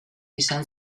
izan